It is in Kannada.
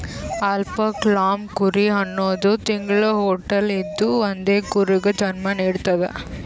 ಅಲ್ಪಾಕ್ ಲ್ಲಾಮ್ ಕುರಿ ಹನ್ನೊಂದ್ ತಿಂಗ್ಳ ಹೊಟ್ಟಲ್ ಇದ್ದೂ ಒಂದೇ ಕರುಗ್ ಜನ್ಮಾ ನಿಡ್ತದ್